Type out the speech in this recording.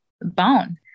bone